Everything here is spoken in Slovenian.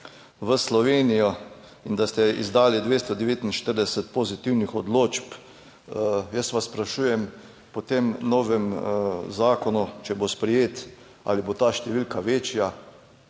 v Slovenijo in da ste izdali 249 pozitivnih odločb. Jaz vas sprašujem po tem novem zakonu, če bo sprejet, ali bo ta številka večja